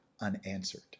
unanswered